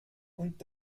und